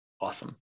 Awesome